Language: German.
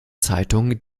zeitung